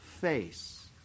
face